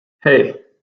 hey